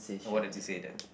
oh what does it say then